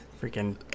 Freaking